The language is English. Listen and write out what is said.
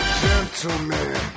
Gentleman